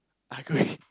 ugly